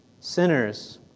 sinners